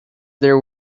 there